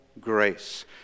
grace